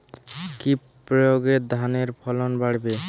কি প্রয়গে ধানের ফলন বাড়বে?